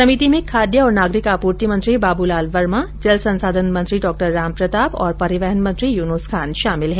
समिति में खाद्य और नागरिक आपूर्ति मंत्री बाबूलाल वर्मा जल ससांधन मंत्री डॉ रामप्रताप और परिवहन मंत्री यूनुस खान शामिल है